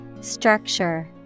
Structure